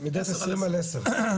20 על 10,